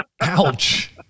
ouch